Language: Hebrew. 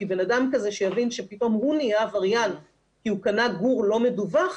כי בנאדם כזה שיבין שפתאום הוא נהיה עבריין כי הוא קנה גור לא מדווח,